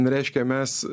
reiškia mes